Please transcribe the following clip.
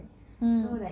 mm